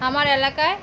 আমার এলাকায়